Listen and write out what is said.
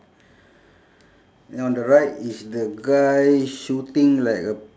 and on the right is the guy shooting like a